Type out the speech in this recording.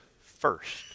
first